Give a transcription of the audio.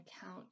count